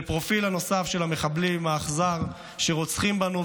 זה הפרופיל הנוסף האכזר של המחבלים שרוצחים בנו,